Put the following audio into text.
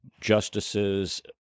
justices